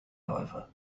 however